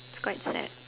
it's quite sad